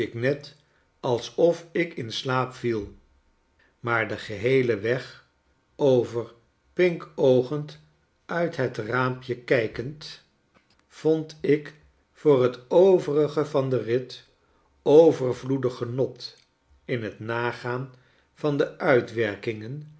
net alsof ik in slaap viel maar den geheelen weg over pinkoogend uit het raampje kijkend vond ik voor t overige van den rit overvloedig genot in t nagaan van deuitwerkingen